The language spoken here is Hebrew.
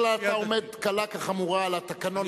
בדרך כלל אתה עומד קלה כחמורה על התקנון.